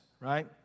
right